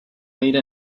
made